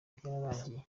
byararangiye